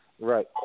Right